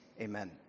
Amen